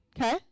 Okay